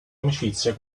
amicizia